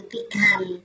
become